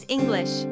English